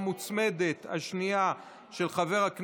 לצערי, הרבה.